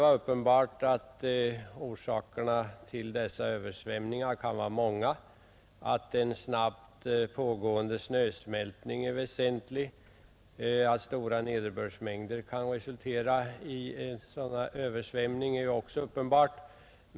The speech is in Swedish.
Översvämningarna i vattendragen kan naturligtvis ha många orsaker. Att en snabb snösmältning eller stora nederbördsmängder kan resultera i 169 översvämningar är uppenbart.